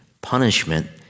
punishment